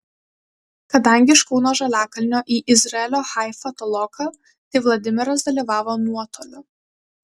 kadangi iš kauno žaliakalnio į izraelio haifą toloka tai vladimiras dalyvavo nuotoliu